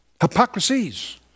Hypocrisies